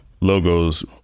logos